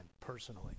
personally